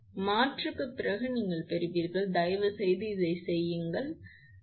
எனவே மாற்றுக்குப் பிறகு நீங்கள் பெறுவீர்கள் தயவுசெய்து இதைச் செய்யுங்கள் பிறகு நீங்கள் பெறுவீர்கள்